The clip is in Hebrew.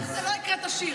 ואיך זה שלא הקראת שיר?